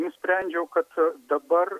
nusprendžiau kad dabar